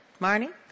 marnie